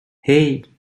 hey